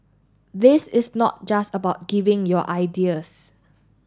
this is not just about giving your ideas